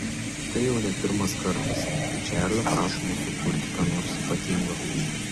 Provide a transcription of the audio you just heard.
tai jau ne pirmas kartas kai čarlio prašoma sukurti ką nors ypatingo